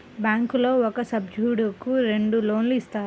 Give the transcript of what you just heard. బ్యాంకులో ఒక సభ్యుడకు రెండు లోన్లు ఇస్తారా?